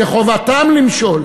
זה חובתן למשול.